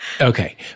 Okay